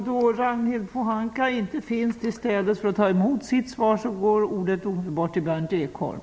Då Ragnhild Pohanka inte finns tillstädes för att ta emot sitt svar går ordet omedelbart till Berndt Ekholm.